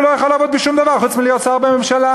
הוא לא יכול לעבוד בשום דבר חוץ מלהיות שר בממשלה.